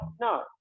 No